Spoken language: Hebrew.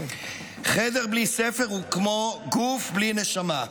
-- חדר בלי ספר הוא כמו גוף בלי נשמה.